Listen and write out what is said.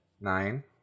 nine